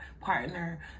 partner